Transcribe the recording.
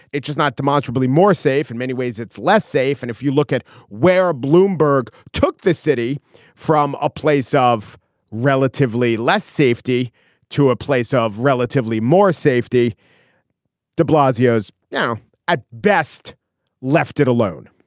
it does not demonstrably more safe in many ways it's less safe and if you look at where bloomberg took this city from a place of relatively less safety to a place of relatively more safety de blasio is now at best left it alone